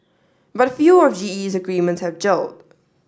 but few of GE's agreements have gelled